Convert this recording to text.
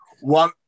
one